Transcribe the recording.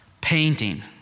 painting